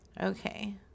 Okay